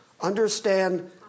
Understand